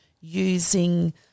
using